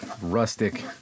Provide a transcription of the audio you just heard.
rustic